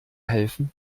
helfen